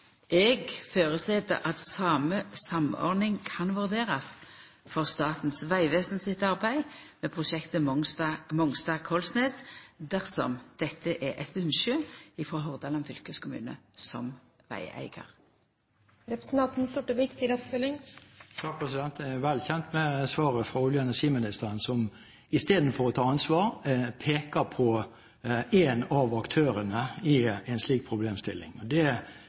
Eg føreset at same samordning kan vurderast for Statens vegvesen sitt arbeid med prosjektet Mongstad–Kollsnes, dersom dette er eit ynske frå Hordaland fylkeskommune som vegeigar. Jeg er vel kjent med svaret fra olje- og energiministeren, som i stedet for å ta ansvar peker på en av aktørene i en slik problemstilling. Det